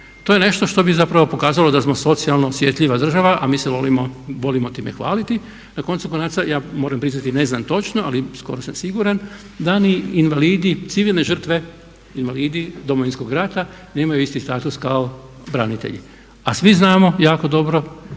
To je nešto što bi zapravo pokazali da smo socijalno osjetljiva država a mi se volimo time hvaliti. I na koncu konca ja moram priznati ne znam točno, ali skoro sam siguran da ni invalidi civilne žrtve, invalidi Domovinskog rata nemaju isti status kao branitelji. A svi znamo jako dobro